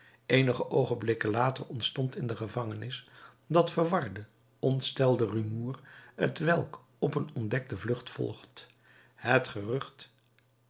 eenige oogenblikken later ontstond in de gevangenis dat verwarde ontstelde rumoer t welk op een ontdekte vlucht volgt het gerucht